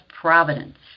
Providence